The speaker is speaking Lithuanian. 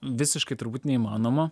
visiškai turbūt neįmanoma